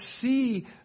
see